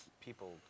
people